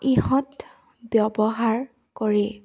ইহঁত ব্যৱহাৰ কৰি